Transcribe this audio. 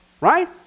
right